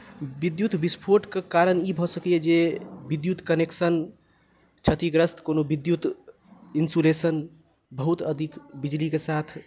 विद्युत बिस्फोटके कारण ई भऽ सकैए जे विद्युत कनेक्शन क्षतिग्रस्त कोनो विद्युत इन्सोरेशन बहुत अधिक बिजलीके साथ